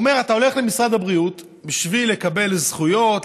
הוא אומר: אתה הולך למשרד הבריאות כדי לקבל זכויות,